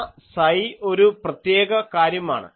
ആ സൈ ഒരു പ്രത്യേക കാര്യമാണ്